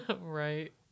Right